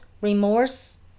remorse